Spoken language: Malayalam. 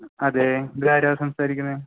അതേ ഇതാരാണ് സംസാരിക്കുന്നത്